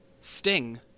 Sting